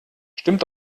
stimmt